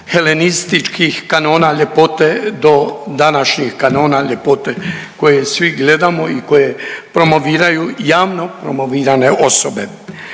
helenističkih kanona ljepote do današnjih kanona ljepote koje svi gledamo i koje promoviraju javno promovirane osobe.